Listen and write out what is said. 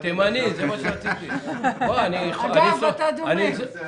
תודה רבה.